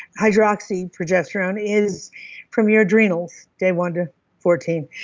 hydroxy progesterone, is from your adrenals day one to fourteen.